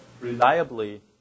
reliably